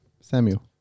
Samuel